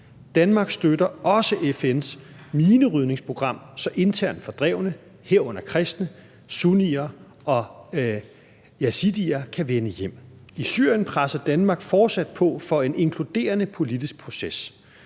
Danmark støtter også FN's minerydningsprogram, så internt fordrevne, herunder kristne, sunnier og yazidier, kan vende hjem. I Syrien presser Danmark fortsat på for en inkluderende politisk proces.